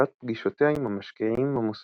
לקראת פגישותיה עם המשקיעים המוסדיים,